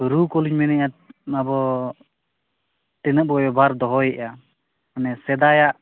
ᱨᱩ ᱠᱚᱞᱤᱧ ᱢᱮᱱᱮᱜᱼᱟ ᱟᱵᱚ ᱛᱤᱱᱟᱹᱜ ᱵᱟᱨ ᱫᱚᱦᱚᱭᱮᱜᱼᱟ ᱢᱟᱱᱮ ᱥᱮᱫᱟᱭᱟᱜ